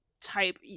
type